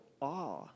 awe